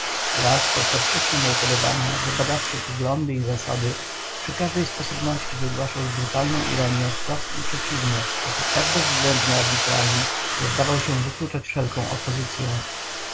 raz podpatrzywszy me upodobania wybadawszy poglądy i zasady przy każdej sposobności wygłaszał z brutalną ironią wprost im przeciwne w sposób tak bezwzględnie arbitralny że zdawał się wykluczać wszelką opozycyę